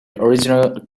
original